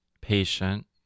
patient